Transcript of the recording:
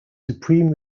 supreme